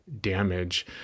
damage